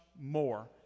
more